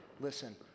Listen